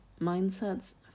mindsets